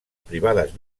privades